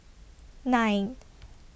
nine